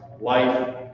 life